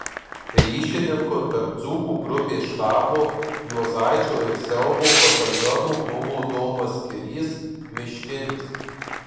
ryšininku tarp dzūkų grupės štabo juozaičio ir siaubo batalionų buvo domas kirys miškinis